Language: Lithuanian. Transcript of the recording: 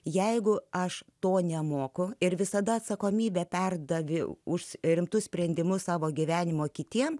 jeigu aš to nemoku ir visada atsakomybę perdaviau už rimtus sprendimus savo gyvenimo kitiems